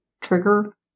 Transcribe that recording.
trigger